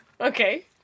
Okay